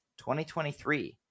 2023